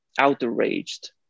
outraged